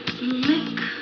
lick